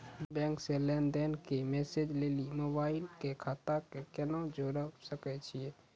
Bank से लेंन देंन के मैसेज लेली मोबाइल के खाता के केना जोड़े सकय छियै?